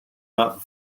not